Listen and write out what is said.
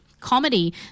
comedy